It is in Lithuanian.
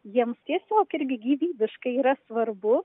jiems tiesiog irgi gyvybiškai yra svarbu